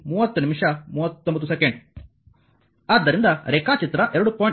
ಆದ್ದರಿಂದ ರೇಖಾಚಿತ್ರ 2